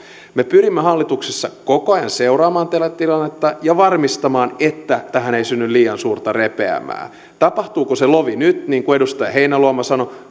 me pyrimme hallituksessa koko ajan seuraamaan tätä tilannetta ja varmistamaan että tähän ei synny liian suurta repeämää tapahtuuko se lovi nyt niin kuin edustaja heinäluoma sanoi